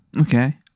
Okay